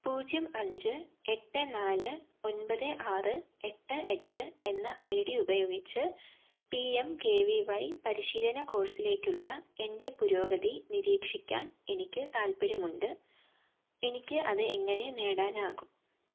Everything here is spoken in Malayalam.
പൂജ്യം അഞ്ച് എട്ട് നാല് ഒൻപത് ആറ് എട്ട് എട്ട് എന്ന ഐ ഡി ഉപയോഗിച്ച് P M K V Y പരിശീലന കോഴ്സിലേക്കുള്ള എന്റെ പുരോഗതി നിരീക്ഷിക്കാൻ എനിക്ക് താൽപ്പര്യമുണ്ട് എനിക്ക് അത് എങ്ങനെ നേടാനാകും